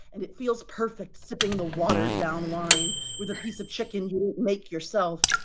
and it feels perfect sipping the watered down wine, with a piece of chicken you didn't make yourself,